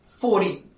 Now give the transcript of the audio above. Forty